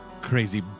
crazy